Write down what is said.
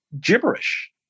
gibberish